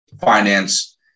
finance